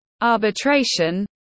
arbitration